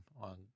on